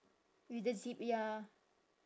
with the zip ya